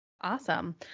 Awesome